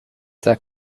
that